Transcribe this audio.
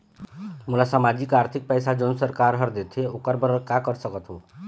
मोला सामाजिक आरथिक पैसा जोन सरकार हर देथे ओकर बर का कर सकत हो?